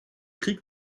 krieg